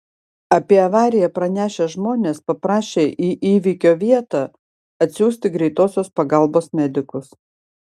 apie avariją pranešę žmonės paprašė į įvykio vietą atsiųsti greitosios pagalbos medikus